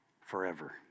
forever